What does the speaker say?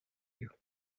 you